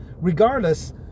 Regardless